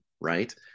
right